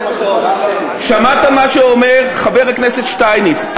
שמעת מה שאומר חבר הכנסת שטייניץ,